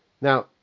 now